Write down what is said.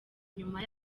nyuma